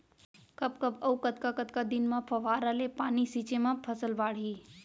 कब कब अऊ कतका कतका दिन म फव्वारा ले पानी छिंचे म फसल बाड़ही?